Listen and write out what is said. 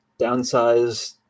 downsize